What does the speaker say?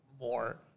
more